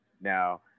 now